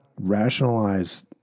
rationalize